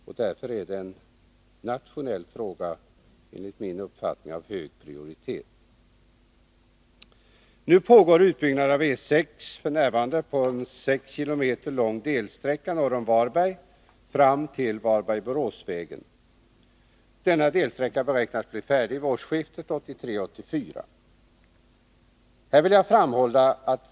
Det gäller alltså en nationell fråga, enligt min uppfattning av hög prioritet. Utbyggnad av E 6 pågår f. n. på en 6 km lång delsträcka norr om Varberg fram till Varberg-Borås-vägen. Denna delsträcka beräknas bli färdig till årsskiftet 1983-1984.